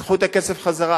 אז קחו את הכסף חזרה.